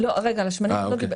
על השמנים עוד לא דיברתי.